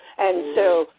and so,